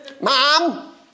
mom